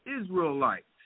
Israelites